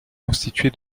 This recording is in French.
constitué